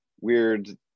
weird